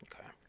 Okay